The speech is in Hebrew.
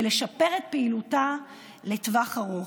ולשפר את פעילותה לטווח ארוך.